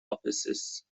offices